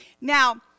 Now